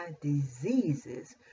diseases